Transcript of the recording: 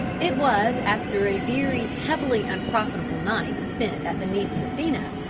it was after a very heavily unprofitable night spent at the nice casino,